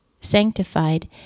sanctified